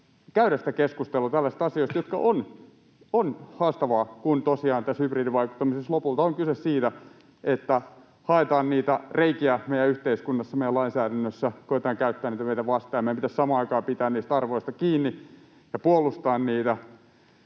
käydä keskustelua tällaisista asioista, jotka ovat haastavia, kun tosiaan tässä hybridivaikuttamisessa lopulta on kyse siitä, että haetaan niitä reikiä meidän yhteiskunnassa, meidän lainsäädännössä, koetetaan käyttää niitä meidän vastaan. Meidän pitäisi samaan aikaan pitää niistä arvoista kiinni ja puolustaa niitä